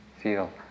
feel